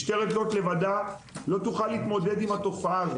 משטרת לוד לבדה לא תוכל להתמודד עם התופעה הזאת.